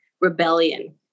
rebellion